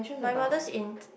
my mother's in